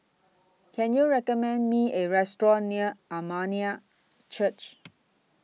Can YOU recommend Me A Restaurant near Armenian Church